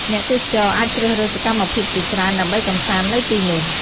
អ្នកទេសចរអាចជ្រើសរើសសកម្មភាពជាច្រើនដើម្បីកម្សាន្តនៅទីនោះ។